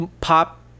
pop